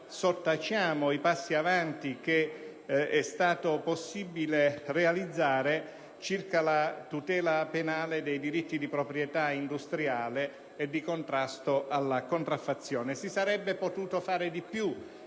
sottaciamo inoltre i passi avanti che è stato possibile compiere circa la tutela penale dei diritti di proprietà industriale e di contrasto alla contraffazione. Si sarebbe potuto fare di più,